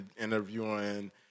interviewing